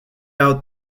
out